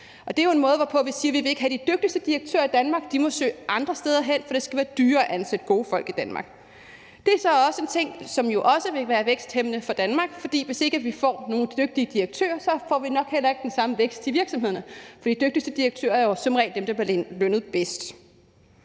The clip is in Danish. det er en måde at sige, at man ikke vil have de dygtigste direktører i Danmark – de må søge andre steder hen, for det skal være dyrere at ansætte gode folk i Danmark. Det er også en ting, som vil være væksthæmmende for Danmark, for hvis ikke vi får nogle dygtige direktører, så får vi nok heller ikke den samme vækst i virksomhederne, for de dygtigste direktører er jo som regel dem, der bliver lønnet bedst.